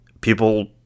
people